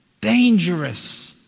Dangerous